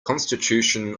constitution